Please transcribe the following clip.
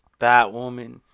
Batwoman